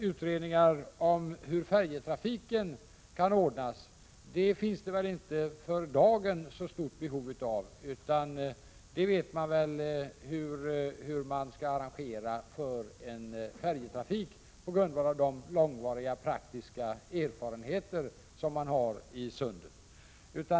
Utredningar om hur färjetrafiken kan ordnas finns det väl för dagen inte så stort behov av. Hur man skall ordna med en färjetrafik vet man väl på grundval av de långvariga praktiska erfarenheter som man har på bägge sidor om sundet.